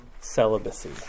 celibacy